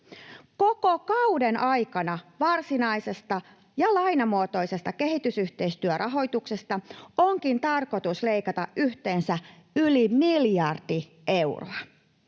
Koko kauden aikana varsinaisesta ja lainamuotoisesta kehitysyhteistyörahoituksesta onkin tarkoitus leikata yhteensä yli miljardi euroa.